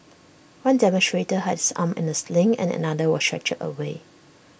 one demonstrator had his arm in A sling and another was stretchered away